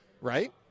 right